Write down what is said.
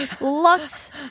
Lots